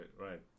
right